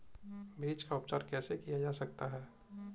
बीज का उपचार कैसे किया जा सकता है?